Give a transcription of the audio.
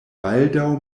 baldaŭ